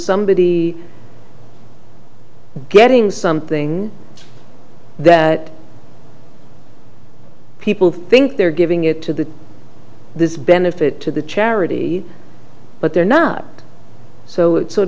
somebody getting something that people think they're giving it to the this benefit to the charity but they're not so it sort